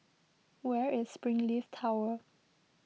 where is Springleaf Tower